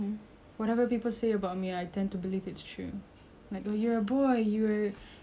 like you're a boy you are you are like you act so rough